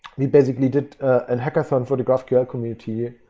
we basically did an hackathon for the graph ql community.